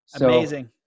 Amazing